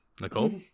Nicole